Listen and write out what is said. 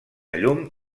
llum